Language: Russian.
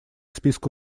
списку